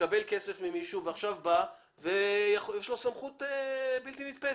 שמקבל כסף ממישהו ועכשיו בא ויש לו סמכות בלתי נתפסת.